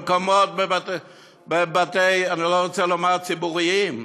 במקומות אני לא רוצה לומר ציבוריים,